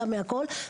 גם מהכול.